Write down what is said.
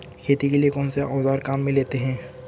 खेती के लिए कौनसे औज़ार काम में लेते हैं?